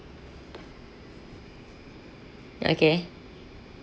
okay